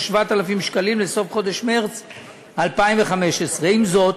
7,000 שקלים עד לסוף חודש מרס 2015. עם זאת,